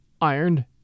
ironed